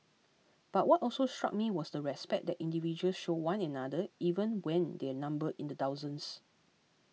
but what also struck me was the respect that individuals showed one another even when their numbered in the thousands